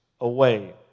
away